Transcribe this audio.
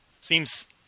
seems